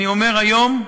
אני אומר היום: